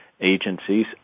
agencies